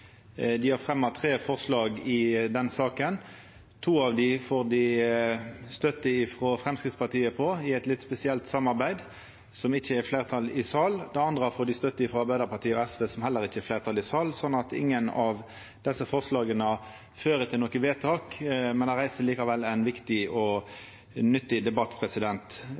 Dei har fremja tre forslag i saka. Til to av dei får dei støtte frå Framstegspartiet, i eit litt spesielt samarbeid der me ikkje har fleirtal i salen. Til det tredje får dei støtte frå Arbeidarpartiet og SV, og dei har heller ikkje fleirtal i salen. Så ingen av desse forslaga fører til noko vedtak, men dei reiser likevel ein viktig og nyttig debatt.